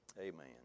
Amen